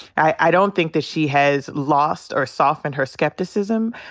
i don't think that she has lost or softened her skepticism.